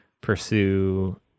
pursue